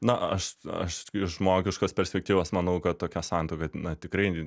na aš aš iš žmogiškos perspektyvos manau kad tokia santuoka na tikrai